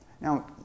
Now